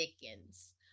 thickens